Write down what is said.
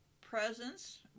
presence